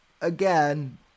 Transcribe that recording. again